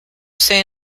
say